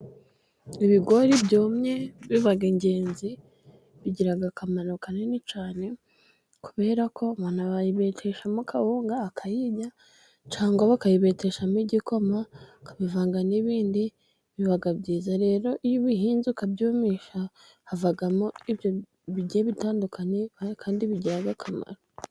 Ibigori byumye biba ingenzi bigira akamaro kanini cyane, kuberako umuntu abibeteshamo kawunga akayirya cangwa bakayibeteshamo igikoma bakabivanga n'ibindi biba byiza. Rero iyo ubihinze ukabyumisha, havamo ibyo bigiye bitandukanye kandi bigira akamaro.